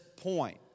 point